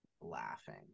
laughing